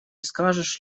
скажешь